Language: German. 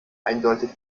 eindeutig